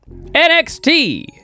NXT